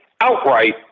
outright